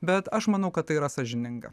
bet aš manau kad tai yra sąžininga